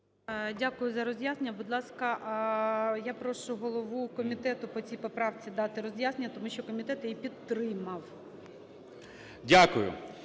Дякую за роз'яснення. Будь ласка, я прошу голову комітету по цій поправці дати роз'яснення, тому що комітет її підтримав.